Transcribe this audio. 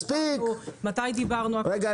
מתי דיברנו --- רגע,